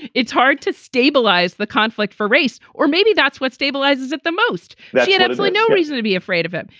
it's hard to stabilize the conflict for race. or maybe that's what stabilizes at the most. but he had absolutely no reason to be afraid of it.